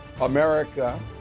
America